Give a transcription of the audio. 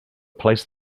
placed